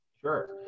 Sure